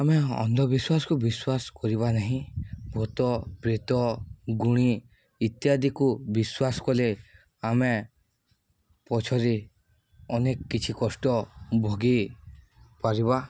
ଆମେ ଅନ୍ଧବିଶ୍ୱାସକୁ ବିଶ୍ୱାସ କରିବା ନାହିଁ ଭୂତ ପ୍ରେତ ଗୁଣି ଇତ୍ୟାଦିକୁ ବିଶ୍ୱାସ କଲେ ଆମେ ପଛରେ ଅନେକ କିଛି କଷ୍ଟ ଭୋଗ ପାରିବା